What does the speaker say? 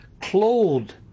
clothed